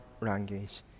language